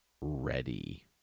ready